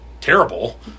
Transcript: terrible